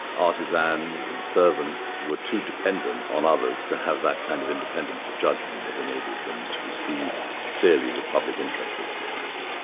artisans and servants were too dependent on others to have that kind of independence of judgment that enabled them to see clearly the public interest of a society.